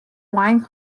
wine